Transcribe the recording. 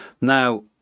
Now